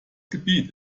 gebiet